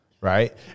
Right